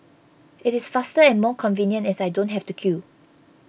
it is faster and more convenient as I don't have to queue